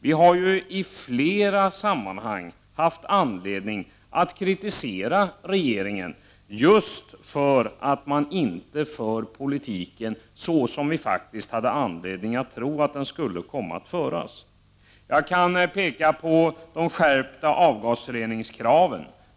Vi har i flera sammanhang haft anledning att kritisera regeringen just för att den inte för politiken på det sätt som vi hade anledning att tro att den skulle komma att föras. Låt mig t.ex. peka på de skärpta avgasreningskraven.